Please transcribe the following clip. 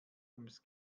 ums